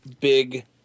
Big